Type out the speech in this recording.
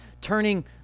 turning